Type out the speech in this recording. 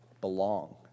belong